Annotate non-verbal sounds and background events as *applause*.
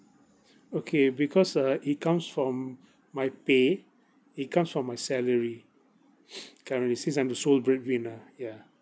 okay because uh it comes from my pay it comes from my salary *noise* currently since I'm the sole breadwinner ya